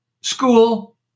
school